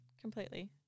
completely